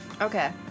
okay